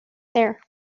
there